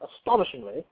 astonishingly